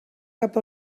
cap